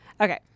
Okay